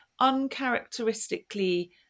uncharacteristically